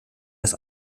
das